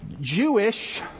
Jewish